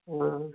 ହଁ